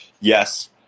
Yes